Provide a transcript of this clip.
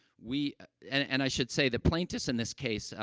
we and and i should say, the plaintiffs in this case, ah,